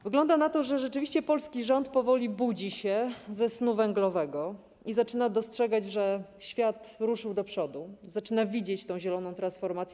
Wygląda na to, że rzeczywiście polski rząd powoli budzi się ze snu węglowego i zaczyna dostrzegać, że świat ruszył do przodu, zaczyna widzieć tę zieloną transformację.